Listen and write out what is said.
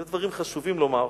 אלה דברים חשובים לומר.